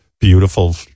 beautiful